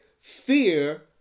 fear